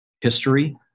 history